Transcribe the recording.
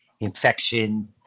infection